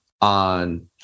on